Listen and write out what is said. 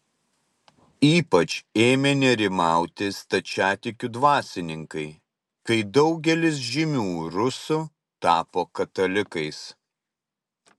ypač ėmė nerimauti stačiatikių dvasininkai kai daugelis žymių rusų tapo katalikais